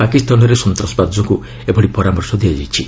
ପାକିସ୍ତାନରେ ସନ୍ତ୍ରାସବାଦ ଯୋଗୁଁ ଏଭଳି ପରାମର୍ଶ ଦିଆଯାଇଛି